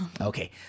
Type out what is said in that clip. Okay